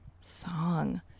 Song